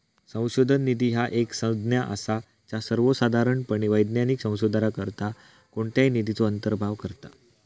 संशोधन निधी ह्या एक संज्ञा असा ज्या सर्वोसाधारणपणे वैज्ञानिक संशोधनाकरता कोणत्याही निधीचो अंतर्भाव करता